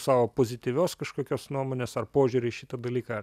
savo pozityvios kažkokios nuomonės ar požiūrio į šitą dalyką